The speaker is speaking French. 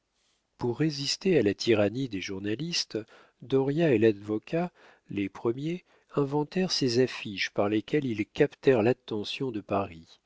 pour résister à la tyrannie des journalistes dauriat et ladvocat les premiers inventèrent ces affiches par lesquelles il captèrent l'attention de paris